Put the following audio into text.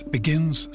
Begins